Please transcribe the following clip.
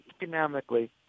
economically